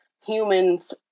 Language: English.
humans